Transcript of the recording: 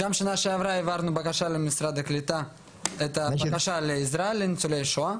העברנו למשרד הקליטה בקשה לעזרה לניצולי שואה.